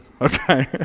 Okay